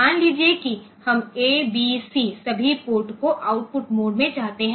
मान लीजिए कि हम ए बी सी सभी पोर्टको आउटपुट मोडमें चाहते हैं